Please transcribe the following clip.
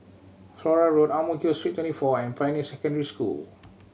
Flora Road Ang Mo Kio Street Twenty four and Pioneer Secondary School